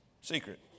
Secret